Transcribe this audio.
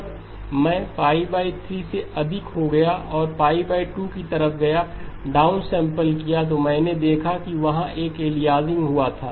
जब मैं 3 से अधिक हो गया और मैं 2 की तरफ गया डाउनसेंपल किया मैंने देखा कि वहाँ एक एलियासिंग हुआ था